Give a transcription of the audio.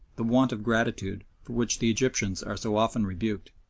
the want of gratitude, for which the egyptians are so often rebuked.